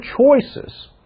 choices